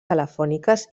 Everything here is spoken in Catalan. telefòniques